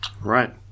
Right